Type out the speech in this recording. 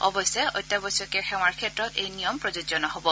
অৱশ্যে অত্যাৱশ্যকীয় সেৱাৰ ক্ষেত্ৰত এই নিয়ম প্ৰযোজ্য নহব